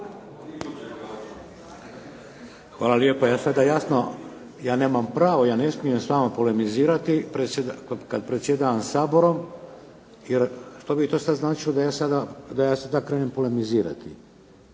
Hvala lijepa. E sada jasno ja nemam pravo, ja ne smijem s vama polemizirati kad predsjedavam Saborom jer što bi to sad značilo da ja sada krenem polemizirati